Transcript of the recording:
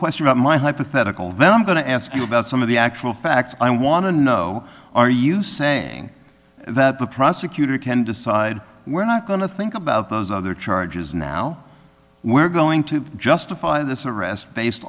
question about my hypothetical that i'm going to ask you about some of the actual facts i want to know are you saying that the prosecutor can decide we're not going to think about those other charges now we're going to justify this arrest based